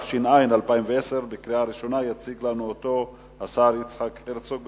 התש"ע 2010, יציג לקריאה ראשונה השר יצחק הרצוג.